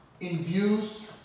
induced